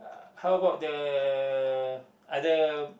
how about the other